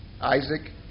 isaac